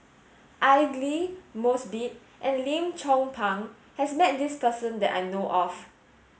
Aidli Mosbit and Lim Chong Pang has met this person that I know of